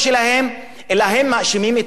אלא הם מאשימים את האזרח הפשוט,